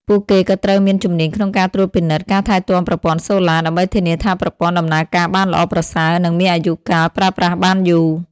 ពួកគេក៏ត្រូវមានជំនាញក្នុងការត្រួតពិនិត្យ ការថែទាំប្រព័ន្ធសូឡា ដើម្បីធានាថាប្រព័ន្ធដំណើរការបានល្អប្រសើរ និងមានអាយុកាលប្រើប្រាស់បានយូរ។